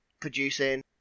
producing